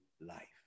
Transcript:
life